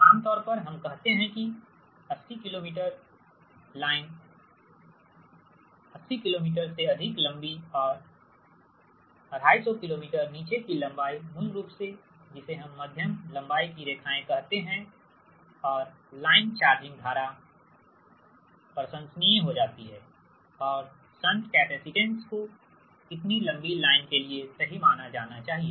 आम तौर पर हम कहते हैं कि 80 किलोमीटर लाइन 80 किलोमीटर से अधिक लंबी और 250 किलोमीटर नीचे की लंबाई मूल रूप से जिसे हम मध्यम लंबाई की लाइन कहते हैं और लाइन चार्जिंग धारा प्रशंसनीय हो जाती है और शंट कैपेसिटेंस को इतनी लंबी लाइन के लिए सही माना जाना चाहिए